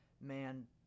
man